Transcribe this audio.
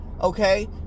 okay